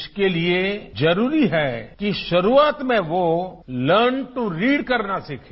इसके लिए जरूरी है कि शुरूआत में वो लर्न टू रीड करना सीखें